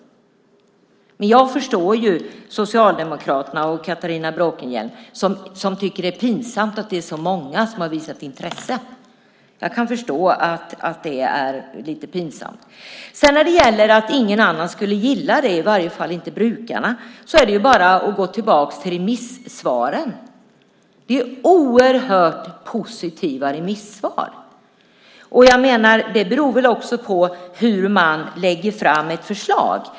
Men jag förstår Socialdemokraterna och Catharina Bråkenhielm som tycker att det är pinsamt att det är så många som har visat intresse. Jag kan förstå att det är lite pinsamt. När det gäller att ingen annan skulle gilla det - i alla fall inte brukarna - kan man bara gå tillbaka till remissvaren. Det är oerhört positiva remissvar. Det beror också på hur man lägger fram ett förslag.